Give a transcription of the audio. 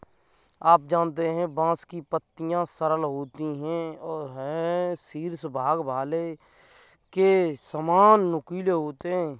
आप जानते है बांस की पत्तियां सरल होती है शीर्ष भाग भाले के सामान नुकीले होते है